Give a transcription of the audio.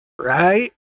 right